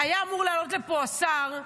היה אמור לעלות לפה השר,